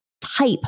type